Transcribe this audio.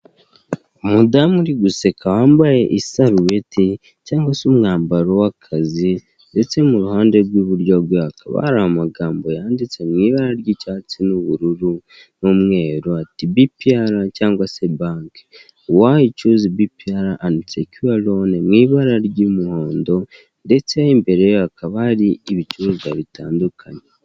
Umudamu uri guseka wambaye isarubeti cyangwa se umwambaro w'akazi, ndetse mu ruhande rw'iburyoba bwe hakaba hari amagambo yanditse mu ibara ry'icyatsi n'ubururu n'umweru ati:'' bipiyara cyangwa se banke wayi cuze bipiyara anisekiyuwa roni Mu ibara ry'umuhondo ndetse imbere hakaba hari ibicuruzwa bitandukanye.